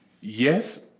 yes